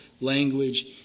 language